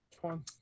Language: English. one